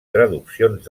traduccions